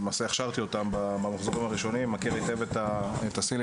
אני הכשרתי אותם במחזור הראשון ומכיר היטב את הסילבוס.